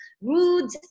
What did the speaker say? rude